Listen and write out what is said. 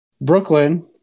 Brooklyn